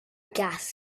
gas